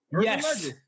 Yes